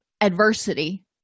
adversity